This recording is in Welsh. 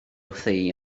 wrthi